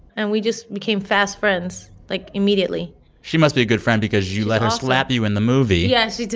and we just became fast friends like immediately she must be a good friend because you let her slap you in the movie yeah. she does